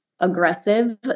aggressive